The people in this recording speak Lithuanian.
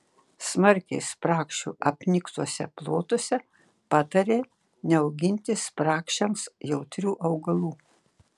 smarkiai spragšių apniktuose plotuose patarė neauginti spragšiams jautrių augalų